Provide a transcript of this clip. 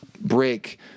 break